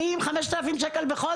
אני עם כ-5,000 ₪ בחודש,